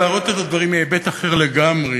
להראות את הדברים מהיבט אחר לגמרי.